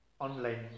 online